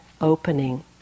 opening